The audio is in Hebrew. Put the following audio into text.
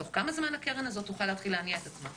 תוך כמה זמן הקרן הזאת תוכל להתחיל להניע את עצמה?